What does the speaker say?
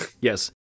Yes